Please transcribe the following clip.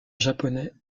japonais